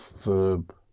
verb